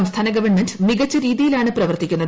സംസ്ഥാന ഗവൺമെന്റ് മികച്ച രീതിയിലാണ് പ്രവർത്തിക്കുന്നത്